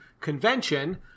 Convention